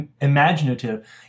imaginative